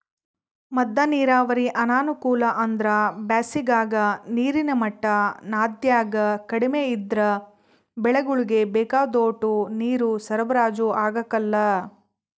ಮದ್ದ ನೀರಾವರಿ ಅನಾನುಕೂಲ ಅಂದ್ರ ಬ್ಯಾಸಿಗಾಗ ನೀರಿನ ಮಟ್ಟ ನದ್ಯಾಗ ಕಡಿಮೆ ಇದ್ರ ಬೆಳೆಗುಳ್ಗೆ ಬೇಕಾದೋಟು ನೀರು ಸರಬರಾಜು ಆಗಕಲ್ಲ